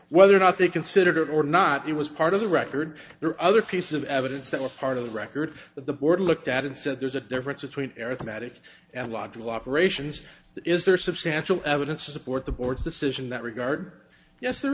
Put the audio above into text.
whether or not they considered it or not it was part of the record there are other pieces of evidence that were part of the record that the board looked at and said there's a difference between arithmetic and logical operations is there substantial evidence to support the board's decision that regard yes there